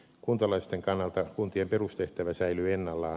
kuntalaisten kannalta kuntien perustehtävä säilyy ennallaan